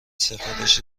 سفارش